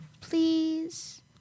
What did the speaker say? Please